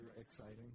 exciting